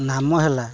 ନାମ ହେଲା